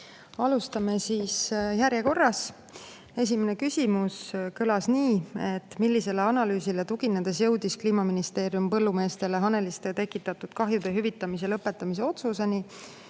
Alustame siis järjekorras. Esimene küsimus kõlab nii: "Millisele analüüsile tuginedes jõudis kliimaministeerium põllumeestele haneliste tekitatud kahjude hüvitamise lõpetamise otsuseni?